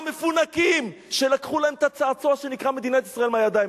המפונקים שלקחו להם את הצעצוע שנקרא מדינת ישראל מהידיים.